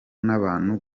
n’abantu